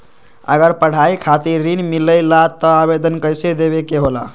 अगर पढ़ाई खातीर ऋण मिले ला त आवेदन कईसे देवे के होला?